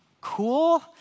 cool